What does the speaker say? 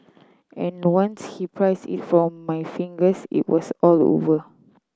and once he prised it from my fingers it was all over